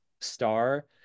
star